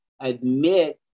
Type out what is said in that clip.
admit